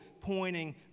pointing